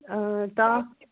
آ تاپھ